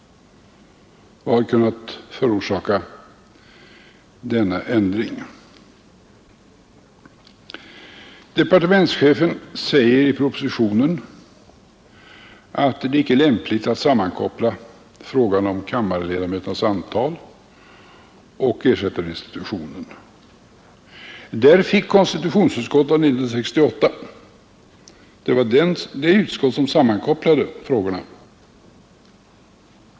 Vad har kunnat förorsaka denna ändring? Departementschefen säger i propositionen att det inte är lämpligt att sammankoppla frågan om kammarledamöternas antal och frågan om ersättarinstitutionen. Där fick konstitutionsutskottet av 1968! Det var det utskottet som sammankopplade frågorna.